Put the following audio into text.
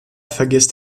vergisst